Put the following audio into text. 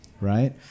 right